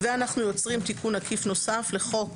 ויוצרים תיקון עקיף נוסף לחוק